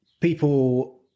people